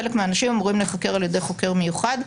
חלק מהאנשים אמורים להיחקר על ידי חוקר מיוחד.